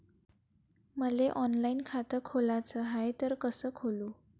मले ऑनलाईन खातं खोलाचं हाय तर कस खोलू?